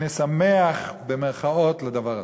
אני "שמח" על הדבר הזה,